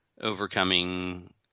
overcoming